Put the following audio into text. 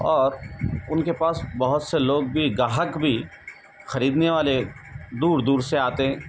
اور ان کے پاس بہت سے لوگ بھی گاہک بھی خریدنے والے دور دور سے آتے